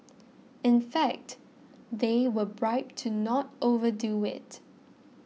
in fact they were bribed to not overdo it